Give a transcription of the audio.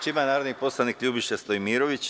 Reč ima narodni poslanik Ljubiša Stojmirović.